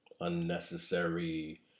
unnecessary